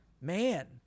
Man